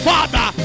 Father